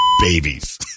babies